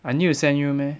I need to send you meh